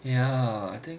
ya I think